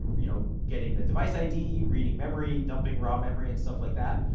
you know getting the device id, reading memory, dumping raw memory, and stuff like that.